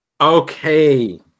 Okay